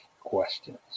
questions